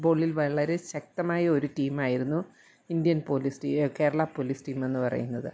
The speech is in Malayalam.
ഉള്ളിൽ വളരെ ശക്തമായ ഒരു ടീമായിരുന്നു Indian police Kerala police team എന്നു പറയുന്നത്